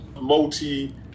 Multi